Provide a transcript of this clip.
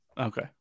Okay